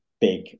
big